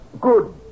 Good